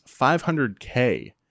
500K